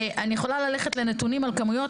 ואני יכולה ללכת לנתונים על כמויות,